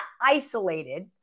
isolated